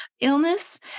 illness